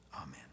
Amen